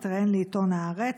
לעיתון הארץ,